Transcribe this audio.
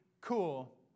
cool